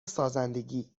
سازندگی